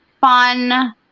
fun